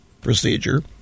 procedure